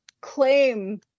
claim